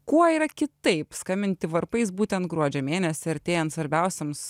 kuo yra kitaip skambinti varpais būtent gruodžio mėnesį artėjant svarbiausioms